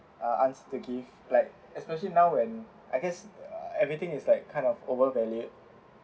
answer to give like especially now when I guess everything is like kind of overvalued